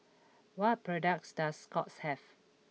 what products does Scott's have